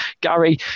Gary